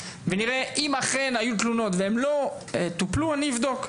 ואם אכן היו תלונות והן לא טופלו אז נבדוק,